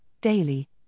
daily